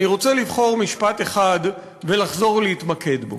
אני רוצה לחזור על משפט אחד ולחזור להתמקד בו.